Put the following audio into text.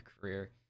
career